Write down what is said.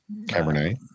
Cabernet